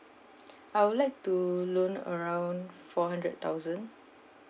I would like to loan around four hundred thousand